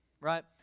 Right